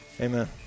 amen